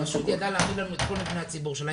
הרשות ידעה להעמיד לנו את כל מבני הציבור שלה,